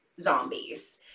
zombies